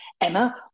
Emma